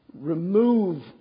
remove